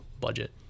budget